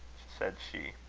said she.